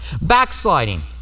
Backsliding